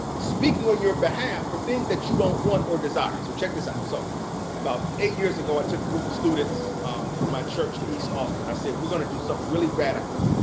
speaking on your behalf for things that you don't want or desire. so check this out. so about eight years ago, i took a group of students from my church to east austin. i said we're going to do something really radical.